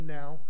now